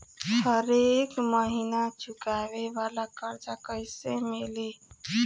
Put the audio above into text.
हरेक महिना चुकावे वाला कर्जा कैसे मिली?